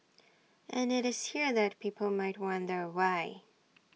and IT is here that people might wonder why